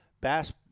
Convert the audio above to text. Bass